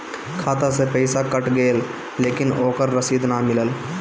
खाता से पइसा कट गेलऽ लेकिन ओकर रशिद न मिलल?